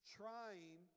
trying